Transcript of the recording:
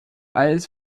als